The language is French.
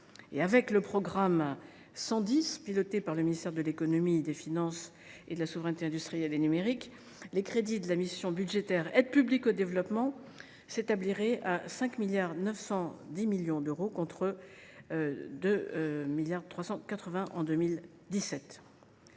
développement » piloté par le ministère de l’économie, des finances et de la souveraineté industrielle et numérique, les crédits de la mission budgétaire « Aide publique au développement » s’établissent à 5,91 milliards d’euros contre 2,38 milliards d’euros en 2017.